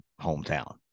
hometown